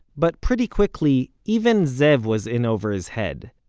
but pretty quickly even zev was in over his head.